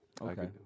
Okay